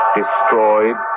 destroyed